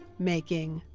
making.